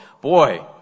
Boy